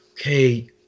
okay